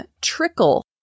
trickle